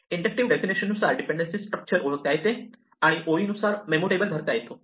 inductive definition नुसार dependency structure ओळखता येते आणि ओळी नुसार मेमो टेबल भरता येतो